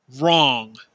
Wrong